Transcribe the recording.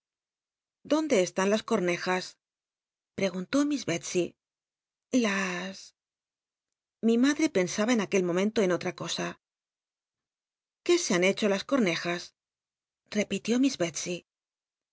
dónde eshin las cornejas preguntó miss delscy las mi mad re pensaba en aquel momento en olta costl qué se han hecho las col'llejas tepitió